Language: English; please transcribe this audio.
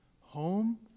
Home